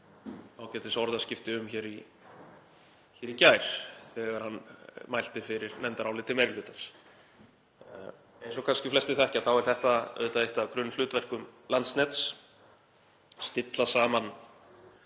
ágætisorðaskipti um hér í gær þegar hann mælti fyrir nefndaráliti meiri hlutans. Eins og kannski flestir þekkja þá er þetta auðvitað eitt af hlutverkum Landsnets, að stilla saman